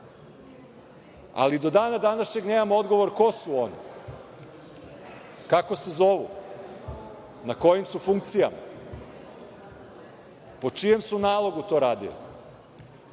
do dana današnjeg nemamo odgovor ko su oni, kako se zovu, na kojim su funkcijama, po čijem su nalogu to radili,